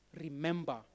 remember